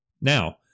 Now